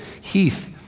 Heath